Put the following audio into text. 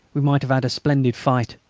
we might have had a splendid fight!